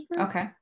Okay